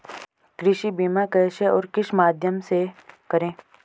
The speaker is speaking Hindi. कृषि बीमा कैसे और किस माध्यम से करें?